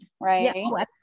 right